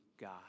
God